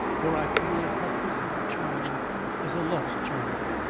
for i feel as helpless as a child as a lost child.